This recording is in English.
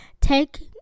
take